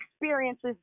experiences